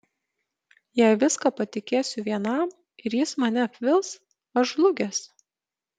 jei viską patikėsiu vienam ir jis mane apvils aš žlugęs